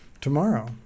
tomorrow